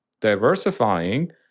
diversifying